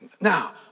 Now